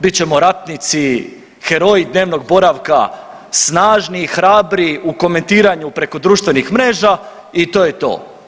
Bit ćemo ratnici, heroji dnevnog boravka, snažni, hrabri u komentiranju preko društvenih mreža i to je to.